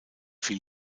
fiel